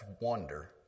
wonder